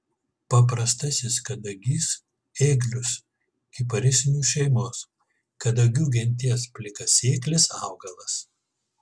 paprastasis kadagys ėglius kiparisinių šeimos kadagių genties plikasėklis augalas